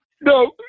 No